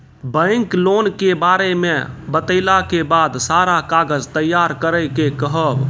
Bank loan के बारे मे बतेला के बाद सारा कागज तैयार करे के कहब?